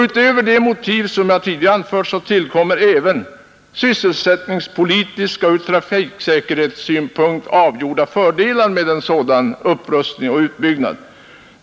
Utöver de motiv jag tidigare anfört tillkommer även avgjort sysselsättningspolitiska och trafiksäkerhetsmässiga fördelar med en sådan upprustning och utbyggnad.